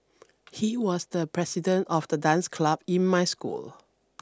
he was the president of the dance club in my school